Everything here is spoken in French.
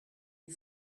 est